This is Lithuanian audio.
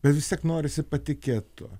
bet vis tiek norisi patikėt tuo